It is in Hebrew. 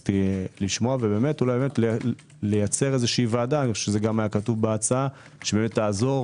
ואולי לייצר ועדה זה גם היה כתוב בהצעה שתעזור